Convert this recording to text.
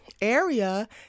area